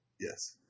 Yes